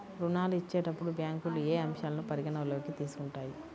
ఋణాలు ఇచ్చేటప్పుడు బ్యాంకులు ఏ అంశాలను పరిగణలోకి తీసుకుంటాయి?